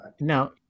Now